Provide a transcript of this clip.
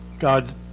God